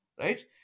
right